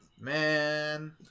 man